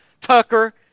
Tucker